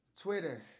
Twitter